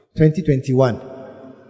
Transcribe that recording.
2021